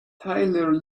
tyler